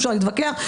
אפשר להתווכח,